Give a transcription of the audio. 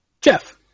Jeff